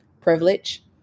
privilege